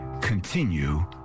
continue